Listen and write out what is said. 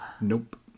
Nope